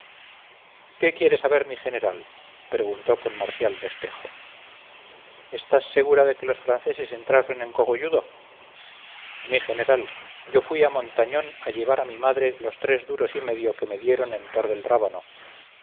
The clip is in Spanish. qué quiere saber mi general preguntó con marcial despejo estás segura de que los franceses entraron en cogolludo mi general yo fui a montañón a llevar a mi madre los tres duros y medio que me dieron en tor del rábano